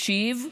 הקשיב,